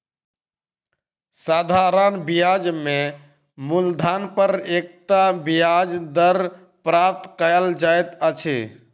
साधारण ब्याज में मूलधन पर एकता ब्याज दर प्राप्त कयल जाइत अछि